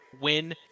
win